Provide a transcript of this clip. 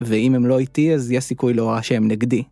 ואם הם לא איתי אז יש סיכוי לא רע שהם נגדי.